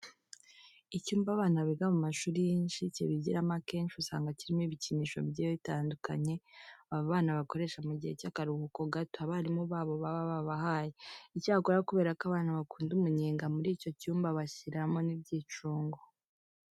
Icyumba abana biga mu mashuri y'incuke bigiramo akenshi usanga kirimo ibikinisho bigiye bitandukanye aba bana bakoresha mu gihe cy'akaruhuko gato, abarimu babo baba babahaye. Icyakora kubera ko abana bakunda umunyenga, muri icyo cyumba babashyiriramo n'ibyicungo.